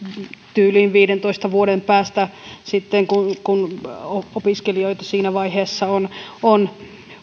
tyyliin viidentoista vuoden päästä sitten kun kun opiskelijoita siinä vaiheessa on